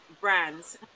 brands